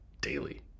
daily